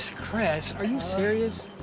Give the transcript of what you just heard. chris, are you serious?